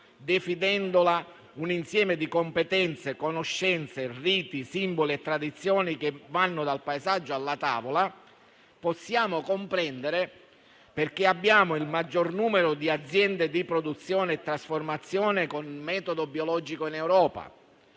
definendola un insieme di competenze, conoscenze, riti, simboli e tradizioni che vanno dal paesaggio alla tavola, possiamo comprendere perché abbiamo il maggior numero di aziende di produzione e trasformazione con metodo biologico in Europa.